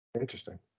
interesting